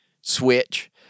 switch